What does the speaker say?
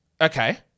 okay